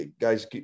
guys